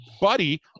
buddy